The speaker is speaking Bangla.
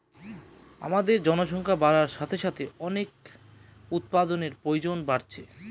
আমাদের জনসংখ্যা বাড়ার সাথে সাথে অনেক উপাদানের প্রয়োজন বাড়ছে